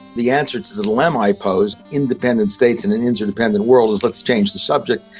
the answer to the dilemma i pose independent states in an interdependent world is let's change the subject,